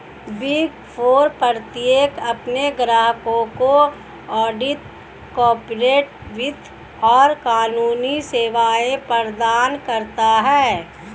big Four प्रत्येक अपने ग्राहकों को ऑडिट, कॉर्पोरेट वित्त और कानूनी सेवाएं प्रदान करता है